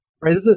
Right